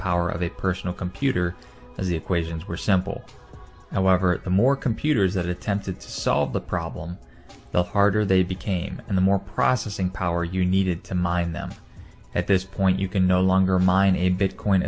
power of a personal computer as equations were simple however the more computers that attempted to solve the problem the harder they became and the more processing power you needed to mine them at this point you can no longer mine a bit c